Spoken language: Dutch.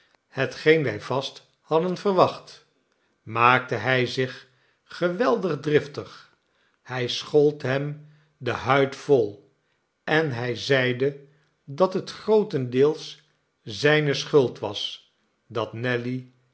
wij vast hadden verwacht maakte hij zich geweldig driftig hij schold hem de huid vol en hij zeide dat het grootendeels zijne schuld was dat nelly